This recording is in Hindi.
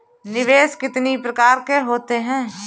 निवेश कितनी प्रकार के होते हैं?